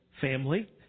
family